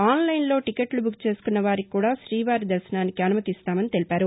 ఆన్లైన్లో టీకెట్లు బుక్ చేసుకున్న వారికి కూడా శ్రీవారి దర్శనానికి అనుమతిస్తామని తెలిపారు